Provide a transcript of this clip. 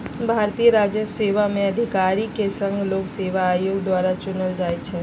भारतीय राजस्व सेवा में अधिकारि के संघ लोक सेवा आयोग द्वारा चुनल जाइ छइ